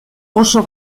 oso